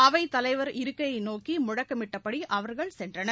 அவைத் தலைவர் இருக்கையைநோக்கிமுழக்கமிட்டபடிஅவர்கள் சென்றனர்